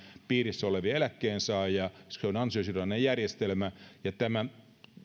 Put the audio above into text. piirissä olevia eläkkeensaajia koska se on ansiosidonnainen järjestelmä ja tämä